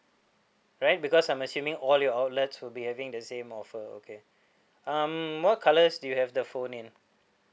right because I'm assuming all your outlets will be having the same offer okay um what colours do you have the phone in